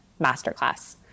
Masterclass